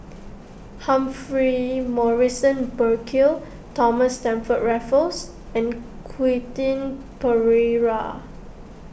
Humphrey Morrison Burkill Thomas Stamford Raffles and Quentin Pereira